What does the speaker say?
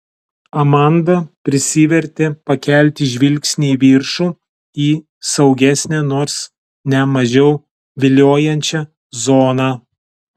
amanda prisivertė pakelti žvilgsnį į viršų į saugesnę nors ne mažiau viliojančią zoną